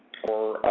for